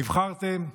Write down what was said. נבחרתם,